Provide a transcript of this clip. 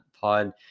pod